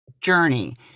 journey